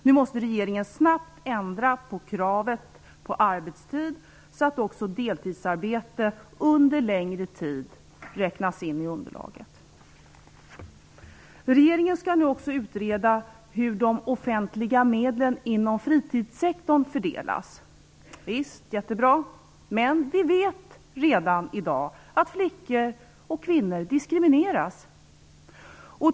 Nu måste regeringen snabbt ändra kravet på arbetstid så att också deltidsarbete under längre tid räknas in i underlaget. Regeringen skall nu också utreda hur de offentliga medlen inom fritidssektorn fördelas. Visst, jättebra! Men vi vet redan i dag att flickor och kvinnor diskrimineras.